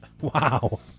Wow